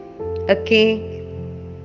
Okay